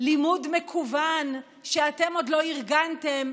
לימוד מקוון שאתם עוד לא ארגנתם,